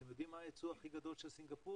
אתם יודעים מה היצוא הכי גדול של סינגפור?